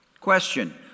question